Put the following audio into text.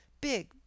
big